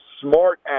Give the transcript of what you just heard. smart